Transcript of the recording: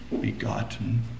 begotten